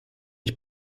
ich